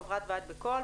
חברת ועד בקול,